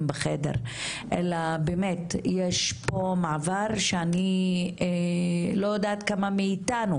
בחדר אלא באמת יש פה מעבר שאני לא יודעת כמה מאיתנו,